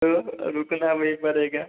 तो रुकना भी पड़ेगा